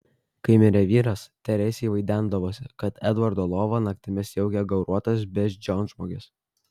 kai mirė vyras teresei vaidendavosi kad edvardo lovą naktimis jaukia gauruotas beždžionžmogis